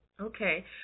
Okay